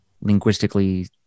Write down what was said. linguistically